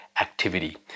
activity